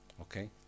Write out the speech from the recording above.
Okay